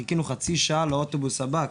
חיכינו חצי שעה לאוטובוס הבא,